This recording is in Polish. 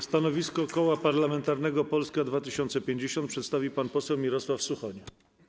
Stanowisko Koła Parlamentarnego Polska 2050 przedstawi pan poseł Mirosław Suchoń.